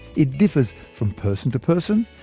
it differs from person to person,